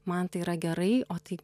man tai yra gerai o tai